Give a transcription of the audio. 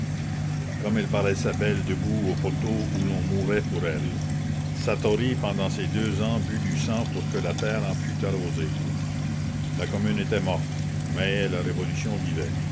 comme elle paraissait belle debout au poteau où l'on mourait pour elle satory pendant ces deux ans but du sang pour que la terre en fût arrosée la commune était morte mais la révolution vivait